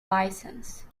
license